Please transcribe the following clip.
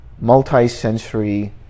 multi-sensory